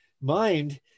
mind